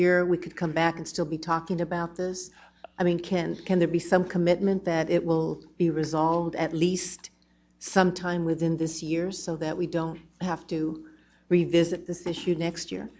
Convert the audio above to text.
year we could come back and still be talking about this i mean can can there be some commitment that it will be resolved at least sometime within this year so that we don't have to revisit this issue next year